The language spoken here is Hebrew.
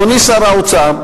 אדוני שר האוצר,